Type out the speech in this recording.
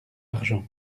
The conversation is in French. argent